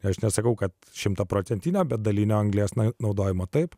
aš nesakau kad šimtaprocentinio bet dalinio anglies na naudojimo taip